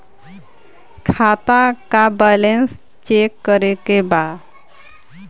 खाता का balance check करे के बा?